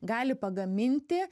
gali pagaminti